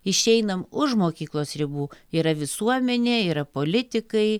išeinam už mokyklos ribų yra visuomenė yra politikai